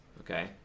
okay